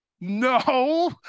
no